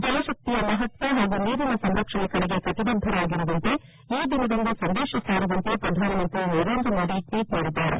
ಜಲಶಕ್ತಿಯ ಮಹತ್ವ ಹಾಗೂ ನೀರಿನ ಸಂರಕ್ಷಣೆ ಕಡೆಗೆ ಕಟ್ಷಿಬದ್ದರಾಗಿರುವಂತೆ ಈ ದಿನದಂದು ಸಂದೇಶ ಸಾರುವಂತೆ ಪ್ರಧಾನಮಂತ್ರಿ ನರೇಂದ್ರಮೋದಿ ಟ್ವೀಟ್ ಮಾಡಿದ್ದಾರೆ